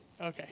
Okay